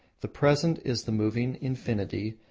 the present is the moving infinity,